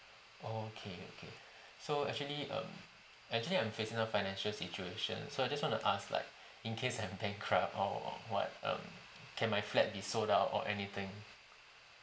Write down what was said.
okay okay so actually um actually I'm facing a financial situation so I just want to ask like in case I'm bankrupt or what um can my flat be sold out or anything